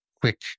quick